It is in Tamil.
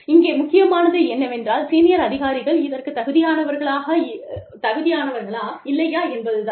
இங்கே முக்கியமானது என்னவென்றால் சீனியர் அதிகாரிகள் இதற்குத் தகுதியானவர்களா இல்லையா என்பது தான்